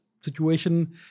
situation